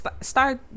start